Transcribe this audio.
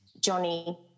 Johnny